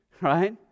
right